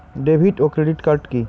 David ও credit card কি?